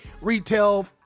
retail